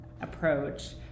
approach